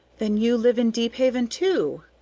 then you live in deephaven too?